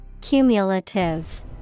Cumulative